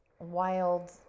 wild